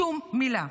שום מילה.